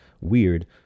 weird